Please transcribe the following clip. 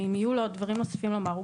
ואם יהיו לו עוד דברים נוספים לומר,